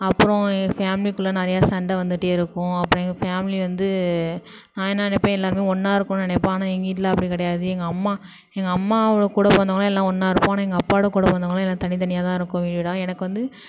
அப்புறம் ஏன் ஃபேமிலிக்குள்ள நிறையா சண்டை வந்துகிட்டே இருக்கும் அப்புறம் எங்கள் ஃபேமிலி வந்து நான் என்ன நினைப்பேன் எல்லாருமே ஒன்றா இருக்கணும் நினைப்பேன் ஆனால் எங்கள் வீட்டில அப்படி கிடையாது எங்கள் அம்மா எங்கள் அம்மாவோட கூட பிறந்தவங்களாம் எல்லாம் ஒன்றா இருப்போம் ஆனால் எங்கள் அப்பாவோடு கூட பிறந்தவங்களாம் எல்லாம் தனி தனியாகதான் இருக்கோம் வீடு வீடாக எனக்கு வந்து